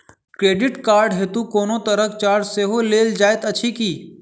Credit card हेतु कोनो तरहक चार्ज सेहो लेल जाइत अछि की?